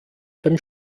beim